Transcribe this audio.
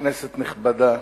כנסת נכבדה,